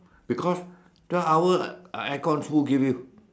because twelve hour air con who give you